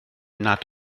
nad